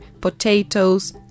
potatoes